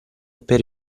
per